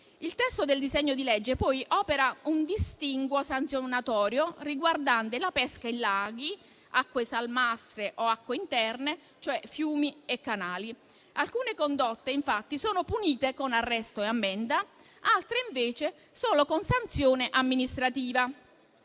Il testo del disegno di legge opera poi un distinguo sanzionatorio riguardante la pesca in laghi, acque salmastre o acque interne, cioè fiumi e canali. Alcune condotte infatti sono punite con arresto e ammenda, altre invece solo con sanzione amministrativa.